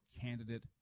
candidate